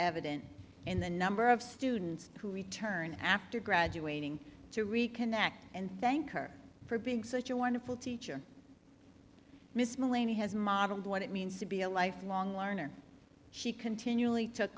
evident in the number of students who return after graduating to reconnect and thank her for being such a wonderful teacher miss maloney has modeled what it means to be a lifelong learner she continually took